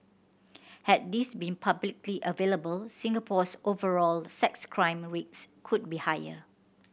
had these been publicly available Singapore's overall sex crime rates could be higher